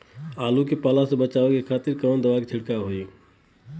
आलू के पाला से बचावे के खातिर कवन दवा के छिड़काव होई?